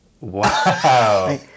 Wow